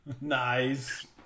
Nice